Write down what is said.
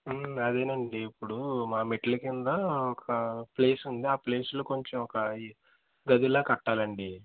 అదేనండి ఇప్పుడు మా మెట్ల కింద ఒక ప్లేస్ ఉంది ఆ ప్లేస్లో కొంచెం ఒక ఈ గదిలాగ కట్టాలండి